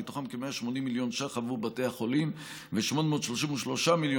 מתוכם כ-180 מיליון ש"ח עבור בתי החולים ו-833 מיליון